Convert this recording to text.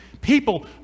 people